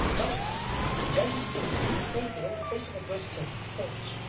none of it but jantjies did it, he stayed there in the face of adversity and he fought